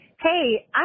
Hey